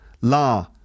La